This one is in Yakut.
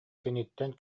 киниттэн